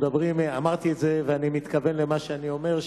אמרתי את זה ואני מתכוון למה שאני אומר,